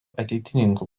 ateitininkų